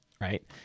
right